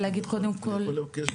ולהגיד קודם כל --- אני יכול לבקש,